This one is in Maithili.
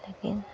लेकिन